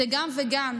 זה גם וגם.